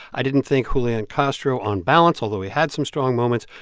i didn't think julian castro on balance, although he had some strong moments,